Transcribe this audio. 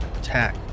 attack